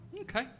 Okay